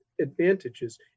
advantages